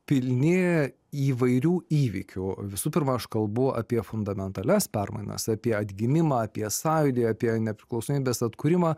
pilni įvairių įvykių visų pirma aš kalbu apie fundamentalias permainas apie atgimimą apie sąjūdį apie nepriklausomybės atkūrimą